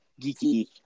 geeky